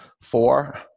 four